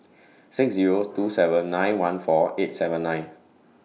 six Zero two seven nine one four eight seven nine